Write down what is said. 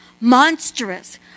monstrous